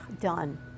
done